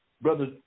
Brother